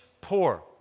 poor